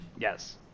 Yes